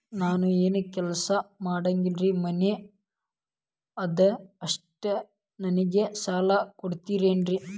ನಾನು ಏನು ಕೆಲಸ ಮಾಡಂಗಿಲ್ರಿ ಮನಿ ಅದ ಅಷ್ಟ ನನಗೆ ಸಾಲ ಕೊಡ್ತಿರೇನ್ರಿ?